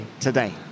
today